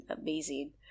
amazing